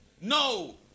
No